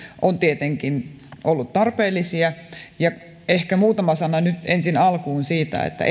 ovat tietenkin olleet tarpeellisia ehkä muutama sana nyt ensin alkuun siitä että